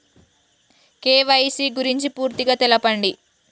KYC గురించి పూర్తిగా తెలపండి?